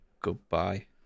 goodbye